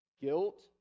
Guilt